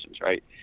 right